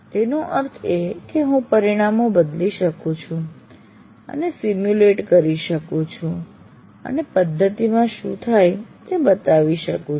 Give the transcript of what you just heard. તેનો અર્થ એ કે હું પરિમાણો બદલી શકું છું અને સીમ્યુલેટ કરી શકું છું અને પદ્ધતિમાં શું થાય છે તે બતાવી શકું છું